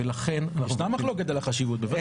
ולכן אנחנו --- ישנה מחלוקת על החשיבות, בוודאי.